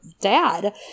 dad